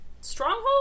stronghold